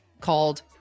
called